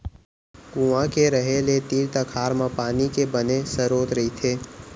कुँआ के रहें ले तीर तखार म पानी के बने सरोत रहिथे